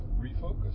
refocus